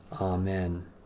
Amen